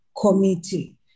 committee